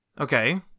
Okay